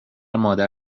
مادر